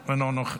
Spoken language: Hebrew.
אינו נוכח,